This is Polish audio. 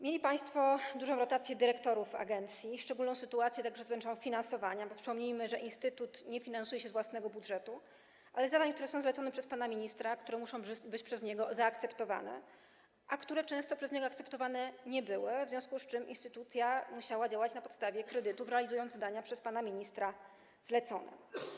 Mieli państwo dużą rotację dyrektorów agencji, także szczególną sytuację dotyczą finansowania, bo przypomnijmy, że instytut nie finansuje się z własnego budżetu, ale ze środków na zadania, które są zlecone przez pana ministra, które muszą być przez niego zaakceptowane, a które często przez niego akceptowane nie były, w związku z czym instytucja musiała działać na podstawie kredytów, realizując zadania przez pana ministra zlecone.